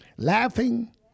laughing